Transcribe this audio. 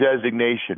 designation